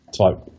type